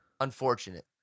unfortunate